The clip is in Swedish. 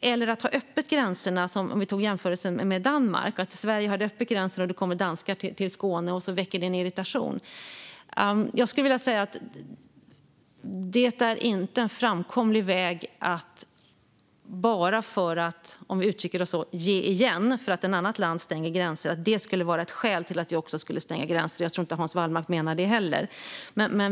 eller att ha gränserna öppna, som jämförelsen med Danmark handlade om, alltså att Sverige hade gränsen öppen och det kom danskar till Skåne, vilket väckte en irritation, skulle jag vilja säga att det inte är en framkomlig väg att stänga gränser bara för att ge igen, om vi uttrycker oss så, för att ett annat land stänger gränser. Jag tror inte att Hans Wallmark menar det heller.